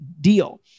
deal